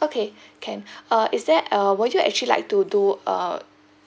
okay can uh is there uh will you actually like to do a